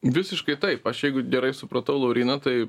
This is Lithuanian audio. visiškai taip aš jeigu gerai supratau lauryną tai